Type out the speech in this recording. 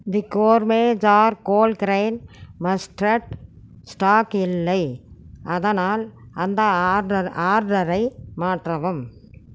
தி gourmet jar whole grain mustard stock இல்லை அதனால் அந்த ஆர்ட்ட ஆர்டரை மாற்றவும்